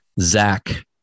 Zach